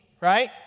right